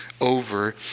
over